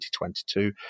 2022